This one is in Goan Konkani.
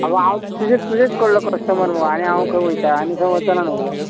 आगो हांव तुजे तुजेच कडलो कस्टमर मुगो आनी हांव खंय वयता आनी खंय वचना न्हू गो बाय